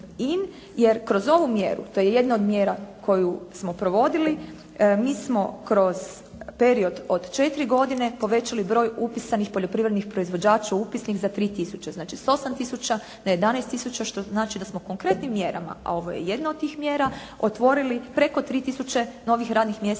jer kroz ovu mjeru, to je jedna od mjera koju smo provodili mi smo kroz period od 4 godine povećali broj upisanih poljoprivrednih proizvođača u upisnik za 3 tisuće, znači s 8 tisuća na 11 tisuća, što znači da smo konkretnim mjerama, a ovo je jedna od tih mjera otvorili preko 3 tisuće novih radnih mjesta